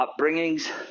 upbringings